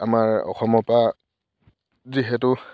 আমাৰ অসমৰ পৰা যিহেতু